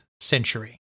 century